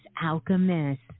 Alchemist